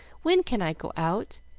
when can i go out?